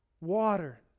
water